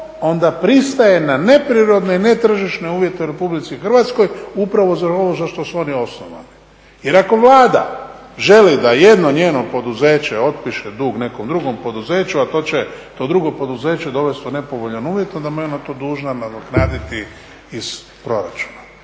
onda pristaje na neprirodne i netržišne uvjete u Republici Hrvatskoj upravo za ono za što su oni osnovani. Jer ako Vlada želi da jedno njeno poduzeće otpiše dug nekom drugom poduzeću, a to će to drugo poduzeće dovesti u nepovoljan uvjet onda mu je to on dužan nadoknaditi iz proračuna.